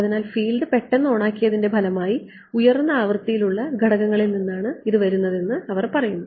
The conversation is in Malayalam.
അതിനാൽ ഫീൽഡ് പെട്ടെന്ന് ഓണാക്കിയതിന്റെ ഫലമായി ഉയർന്ന ആവൃത്തിയിലുള്ള ഘടകങ്ങളിൽ നിന്നാണ് ഇത് വരുന്നതെന്ന് അവർ പറയുന്നു